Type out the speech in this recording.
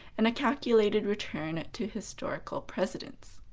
and a calculated return to historical precedents.